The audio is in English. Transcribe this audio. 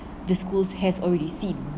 the schools has already seen